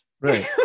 Right